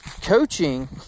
coaching